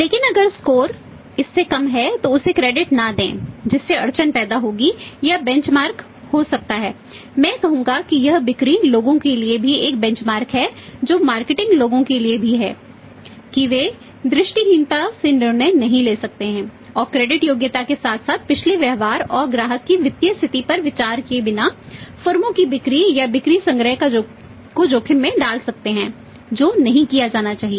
लेकिन अगर स्कोर योग्यता के साथ साथ पिछले व्यवहार और ग्राहक की वित्तीय स्थिति पर विचार किए बिना फर्मों की बिक्री या बिक्री संग्रह को जोखिम में डाल सकते हैं जो नहीं किया जाना चाहिए